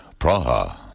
Praha